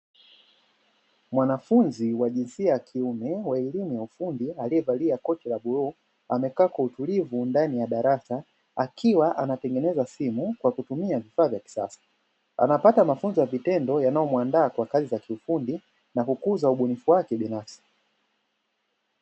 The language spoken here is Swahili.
Mwanafunzi wa jinsia ya kiume wa elimu ya ufundi aliyevalia koti la bluu, amekaa kwa utulivu ndani ya darasa akiwa anatengeneza simu, kwa kutumia vifaa vya kisasa. Anapata mafunzo ya kitendo yanayomuandaa kwa kazi za kiufundi, na kukuza ubunifu wake binafsi.